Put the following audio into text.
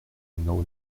numéro